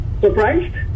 surprised